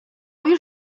już